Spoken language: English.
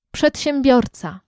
Przedsiębiorca